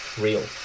real